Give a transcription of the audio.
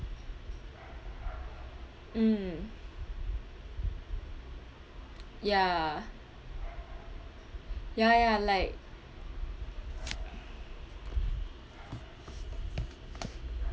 mm ya ya ya like